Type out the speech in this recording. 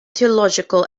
theological